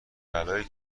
بلایی